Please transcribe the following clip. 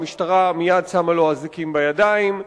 המשטרה מייד שמה לו אזיקים בידיים.